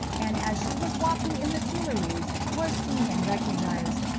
and as she was walking in the tuileries was seen and recognized,